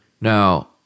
Now